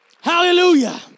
Hallelujah